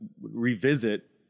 revisit